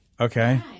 Okay